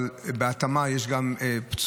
אבל בהתאמה יש גם פצועים,